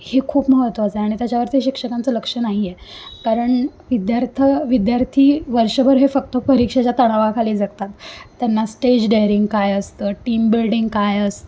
हे खूप महत्त्वाचं आहे आणि त्याच्यावरती शिक्षकांचं लक्ष नाही आहे कारण विद्यार्थी विद्यार्थी वर्षभर हे फक्त परीक्षेच्या तणावाखाली जगतात त्यांना स्टेज डेअरिंग काय असतं टीम बिल्डिंग काय असतं